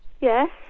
Yes